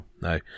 no